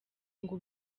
ngo